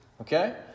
okay